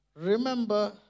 remember